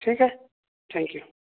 ٹھیک ہے thank you